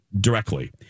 directly